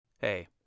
Hey